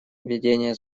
ведения